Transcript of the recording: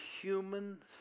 human